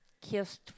kissed